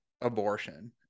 abortion